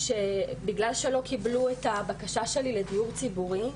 שבגלל שלא קיבלו את הבקשה שלי לדיור ציבורי,